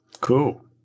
Cool